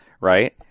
right